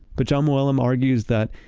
but jon mooallem argues that,